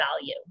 value